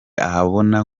ahabona